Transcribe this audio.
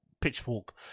Pitchfork